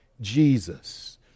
Jesus